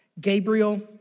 Gabriel